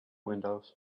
windows